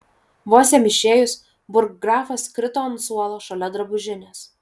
vos jam išėjus burggrafas krito ant suolo šalia drabužinės